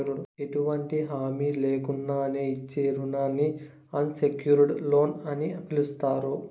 ఎటువంటి హామీ లేకున్నానే ఇచ్చే రుణానికి అన్సెక్యూర్డ్ లోన్ అని పిలస్తారు